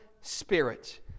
spirit